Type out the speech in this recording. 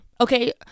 Okay